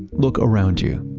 look around you.